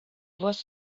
was